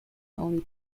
only